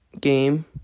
game